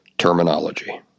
terminology